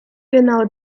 genau